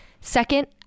Second